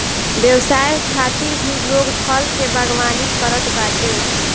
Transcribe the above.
व्यवसाय खातिर भी लोग फल के बागवानी करत बाटे